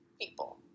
people